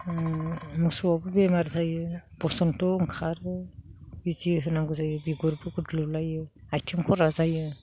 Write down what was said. मोसौआबो बेमार जायो बसन्त' ओंखारो बिजि होनांगौ जायो बिगुरफोर दोलायो आथिं खरा जायो